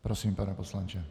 Prosím, pane poslanče.